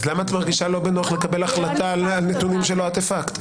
אז למה את מרגישה לא בנוח לקבל החלטה על נתונים שלא את הפקת?